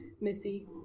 Missy